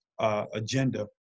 agenda